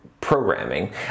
programming